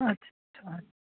ਅੱਛਾ ਅੱਛਾ